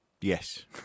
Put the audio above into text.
Yes